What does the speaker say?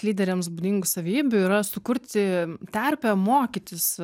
lyderiams būdingų savybių yra sukurti terpę mokytis